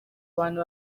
abantu